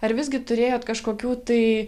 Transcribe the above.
ar visgi turėjot kažkokių tai